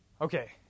Okay